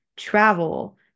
travel